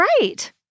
Right